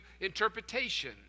interpretation